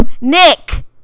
Nick